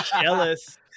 jealous